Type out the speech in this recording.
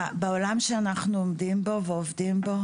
בעולם שאנחנו עומדים בו ועובדים בו